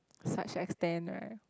such extent right